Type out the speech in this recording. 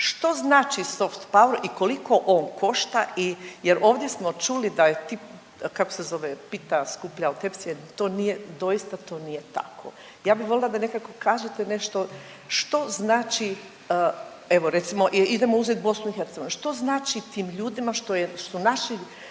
Što znači soft power i koliko on košta i, jer ovdje smo čuli da je, kako se zove „pita skuplja od tepsije“, to nije, doista to nije tako. Ja bi volila da nekako kažete nešto što znači, evo recimo idemo uzet BiH, što znači tim ljudima što je, što